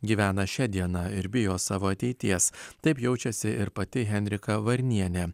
gyvena šia diena ir bijo savo ateities taip jaučiasi ir pati henrika varnienė